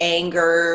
anger